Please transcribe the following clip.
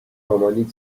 مامانی